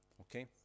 Okay